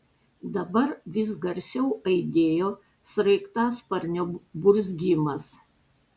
dabar vis garsiau aidėjo sraigtasparnio burzgimas